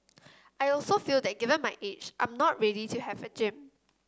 I'll also feel that given my age I'm not ready to have a gym